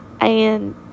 And